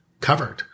covered